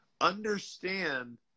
understand